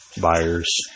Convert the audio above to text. buyers